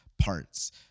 parts